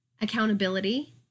Accountability